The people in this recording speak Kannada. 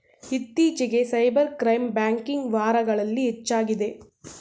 ಇತ್ತೀಚಿಗೆ ಸೈಬರ್ ಕ್ರೈಮ್ ಬ್ಯಾಂಕಿಂಗ್ ವಾರಗಳಲ್ಲಿ ಹೆಚ್ಚಾಗಿದೆ